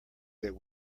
that